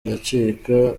aracika